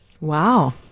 Wow